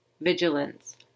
Vigilance